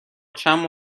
چند